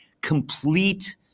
Complete